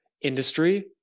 industry